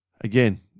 Again